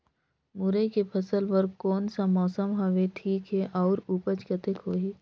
मुरई के फसल बर कोन सा मौसम हवे ठीक हे अउर ऊपज कतेक होही?